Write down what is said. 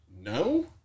no